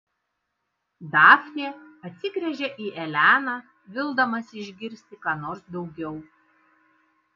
dafnė atsigręžia į eleną vildamasi išgirsti ką nors daugiau